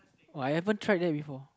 oh I haven't tried that before